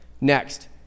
Next